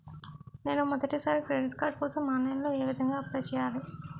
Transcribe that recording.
నేను మొదటిసారి credit card కోసం ఆన్లైన్ లో ఏ విధంగా అప్లై చేయాలి?